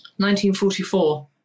1944